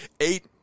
eight